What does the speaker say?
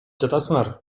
жатасыңар